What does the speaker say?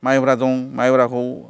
माइब्रा दं माइब्राखौ